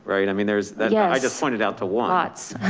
right? i mean, there's, yeah i just pointed out to once,